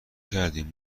کردیم